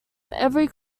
every